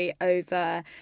over